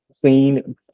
Clean